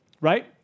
Right